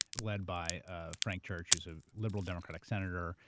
led by ah frank church, who's a liberal democratic senator,